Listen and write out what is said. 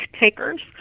takers